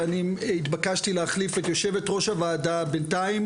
ואני התבקשתי להחליף את יושבת-ראש הוועדה בינתיים